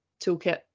toolkit